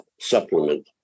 supplement